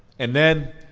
and then,